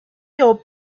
your